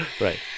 Right